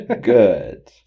Good